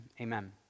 amen